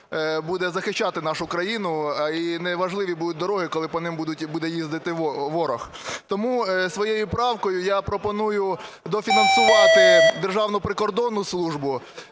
буде – захищати нашу країну, і неважливі будуть дороги, коли по них буде їздити ворог. Тому своєю правкою я пропоную дофінансувати Державну прикордонну службу.